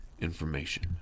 information